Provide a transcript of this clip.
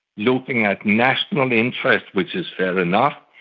looking at national interests, which is fair enough,